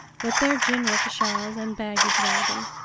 with their jinrikishas and baggage-wagon,